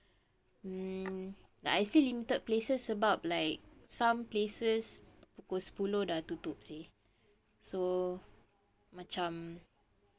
mm like I say limited places sebab like some places pukul sepuluh dah tutup seh so macam